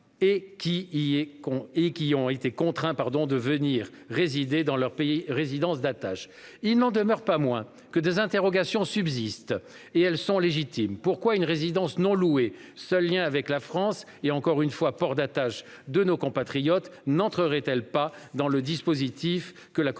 ont été contraints de venir résider dans leur résidence d'attache ». Il n'en demeure pas moins que des interrogations subsistent, et elles sont légitimes. Pourquoi une résidence non louée, seul lien avec la France- et, encore une fois, port d'attache de nos compatriotes -n'entrerait-elle pas dans le dispositif que propose